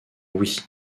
oui